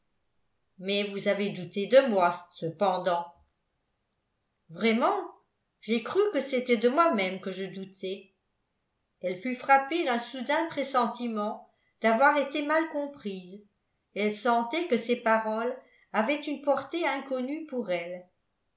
mais vous avez douté de moi cependant vraiment j'ai cru que c'était de moi-même que je doutais elle fut frappée d'un soudain pressentiment d'avoir été mal comprise elle sentait que ses paroles avaient une portée inconnue pour elle